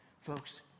Folks